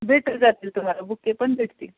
भेट जातील तुम्हाला बुके पण भेटतील